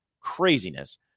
Craziness